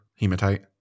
Hematite